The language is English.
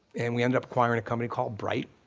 and we ended up acquiring a company called bright,